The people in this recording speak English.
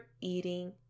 eating